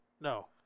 no